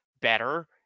better